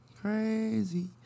Crazy